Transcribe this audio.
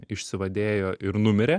išsivadėjo ir numirė